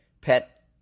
pet